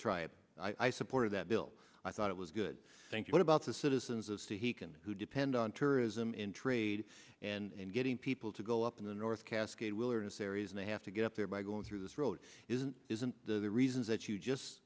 tribe i supported that bill i thought it was good thank you what about the citizens of c he can who depend on tourism in trade and getting people to go up in the north cascades wilderness areas they have to get there by going through this road isn't isn't the reasons that you just